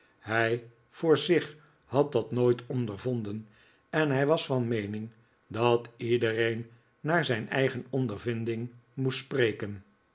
hij voor zich had dat nooit ondervonden en hij was van meening dat iedereen naar zijn eigen ondervinding moest spreken